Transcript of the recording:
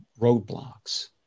roadblocks